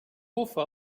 bufa